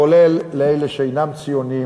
כולל לאלה שאינם ציונים,